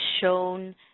shown